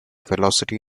velocity